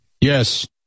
yes